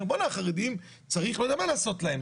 אומר בואנה, החרדים, צריך לא יודע מה לעשות להם.